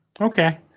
Okay